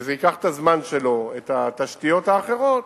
וזה ייקח את הזמן שלו, את התשתיות האחרות,